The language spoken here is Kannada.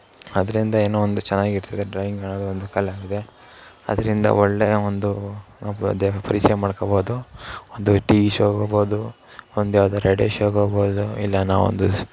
ಅದರಿಂದ ಏನೋ ಒಂದು ಚೆನ್ನಾಗಿರ್ತದೆ ಡ್ರಾಯಿಂಗ್ ಅನ್ನೋದು ಒಂದು ಕಲೆ ಆಗಿದೆ ಅದರಿಂದ ಒಳ್ಳೆಯ ಒಂದು ಪರಿಚಯ ಮಾಡ್ಕೊಳ್ಬೋದು ಒಂದು ಟಿವಿ ಶೋಗೆ ಹೋಗ್ಬೋದು ಒಂದು ಯಾವುದೋ ರೇಡ್ಯೊ ಶೋಗೆ ಹೋಗ್ಬೋದು ಇಲ್ಲ ನಾವೊಂದು